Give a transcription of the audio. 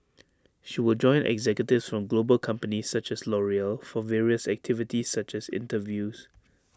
she will join executives from global companies such as L'Oreal for various activities such as interviews